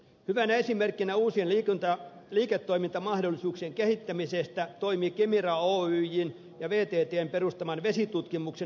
hyvänä esimerkkinä uusien liiketoimintamahdollisuuksien kehittämisestä toimii kemira oyjn ja vttn perustama vesitutkimuksen huippuosaamiskeskus